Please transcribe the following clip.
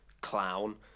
clown